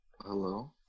Hello